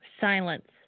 silence